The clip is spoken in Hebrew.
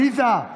עליזה,